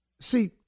See